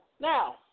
Now